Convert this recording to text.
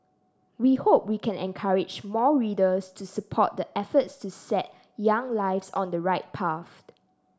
we hope we can encourage more readers to support the efforts to set young lives on the right path